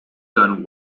done